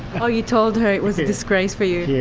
oh you told her it was a disgrace for you? yes.